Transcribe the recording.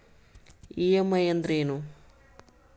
EMI ಅಂದ್ರೇನು?